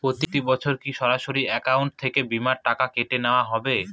প্রতি বছর কি সরাসরি অ্যাকাউন্ট থেকে বীমার টাকা কেটে নেওয়া হবে?